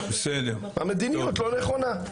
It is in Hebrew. המדיניות לא נכונה.